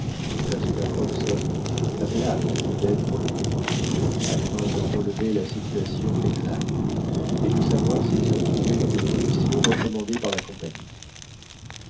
jasper hobson avait hâte d'être au lendemain afin d'en relever la situation exacte et de savoir s'il se trouvait dans les conditions recommandées par la compagnie